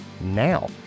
now